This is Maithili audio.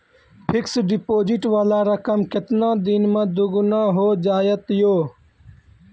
फिक्स्ड डिपोजिट वाला रकम केतना दिन मे दुगूना हो जाएत यो?